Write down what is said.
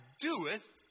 doeth